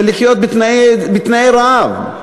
זה לחיות בתנאי רעב.